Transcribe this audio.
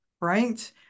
right